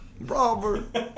Robert